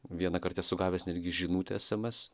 vieną kartą esu gavęs netgi žinutę esemes